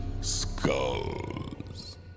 skulls